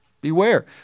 beware